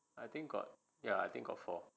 I think got ya I think are four